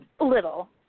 little